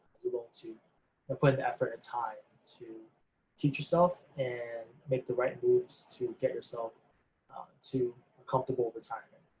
you're going to and put the effort and time to teach yourself and make the right moves to get yourself to a comfortable retirement.